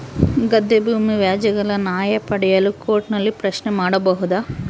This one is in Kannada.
ಗದ್ದೆ ಭೂಮಿ ವ್ಯಾಜ್ಯಗಳ ನ್ಯಾಯ ಪಡೆಯಲು ಕೋರ್ಟ್ ನಲ್ಲಿ ಪ್ರಶ್ನೆ ಮಾಡಬಹುದಾ?